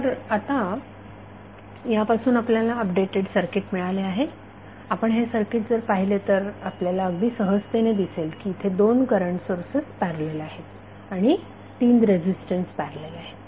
तर आता यापासून आपल्याला अपडेटेड सर्किट मिळाले आहे आपण हे सर्किट जर पाहिले तर आपल्याला अगदी सहजतेने दिसेल की इथे दोन करंट सोर्सेस पॅरलल आहेत आणि 3 रेझिस्टन्स पॅरलल आहेत